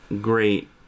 great